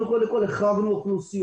אנחנו קודם כול החרגנו אוכלוסיות: